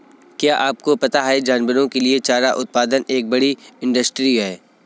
क्या आपको पता है जानवरों के लिए चारा उत्पादन एक बड़ी इंडस्ट्री है?